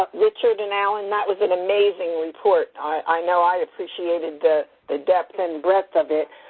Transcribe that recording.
richard and allen, that was an amazing report. i know i appreciated the ah depth and breadth of it.